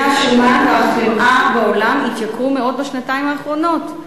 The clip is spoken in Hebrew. השומן והחמאה בעולם התייקרו מאוד בשנתיים האחרונות.